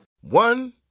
one